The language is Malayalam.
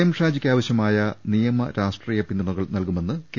എം ഷാജിക്കാവശ്യമായ നിയമ രാഷ്ട്രീയ പിന്തുണകൾ നൽകുമെന്ന് കെ